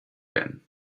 again